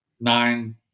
nine